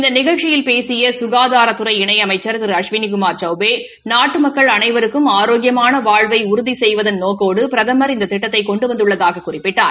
இந்த நிகழ்ச்சியில் பேசிய ககாதாத்துறை இணை அமைச்ச் திரு அஸ்விளிகுமார் சௌபே நாட்டு மக்கள் அனைவரும் ஆரோக்கியமான வாழ்வினை உறுதி செய்வதன் நோக்கோடு பிரதமர் இந்த திட்டத்தை கொண்டு வந்துள்ளதாகக் குறிப்பிட்டார்